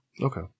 Okay